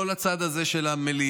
לא לצד הזה של המליאה,